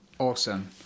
awesome